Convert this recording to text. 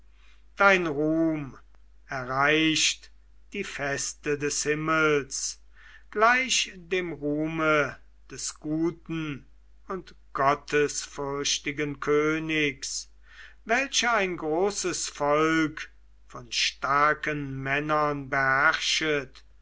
dein ruhm erreicht die feste des himmels gleich dem ruhme des guten und gottesfürchtigen königs welcher ein großes volk von starken männern beherrschet